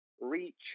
reach